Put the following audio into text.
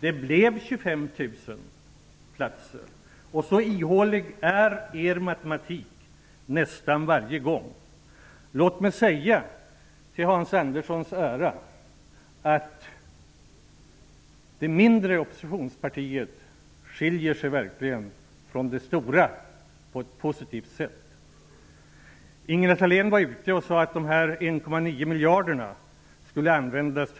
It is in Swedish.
Det blev 25 000 platser. Så ihålig är er matematik nästan varje gång. Låt mig till Hans Anderssons ära säga att det mindre oppositionspartiet verkligen skiljer sig från det stora på ett positivt sätt. Ingela Thalén sade att de 1,9 miljarderna troligen skulle andvändas